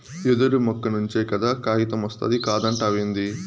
యెదురు మొక్క నుంచే కదా కాగితమొస్తాది కాదంటావేంది